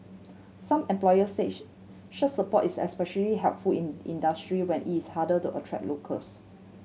some employers said such support is especially helpful in industry where it is harder to attract locals